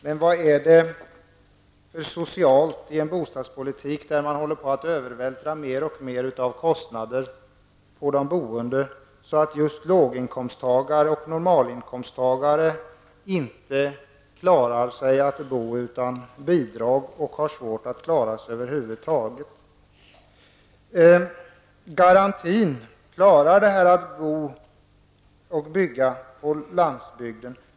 Men vad är det för socialt i en bostadspolitik enligt vilken man övervältrar mer och mer av kostnaderna på de boende, så att just låginkomsttagare och normalinkomsttagare inte klarar sitt boende utan bidrag och har svårt att klara sig över huvud taget. Garantin innebär att man klarar att bo och bygga på landsbygden.